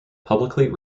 publicly